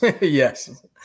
Yes